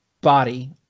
body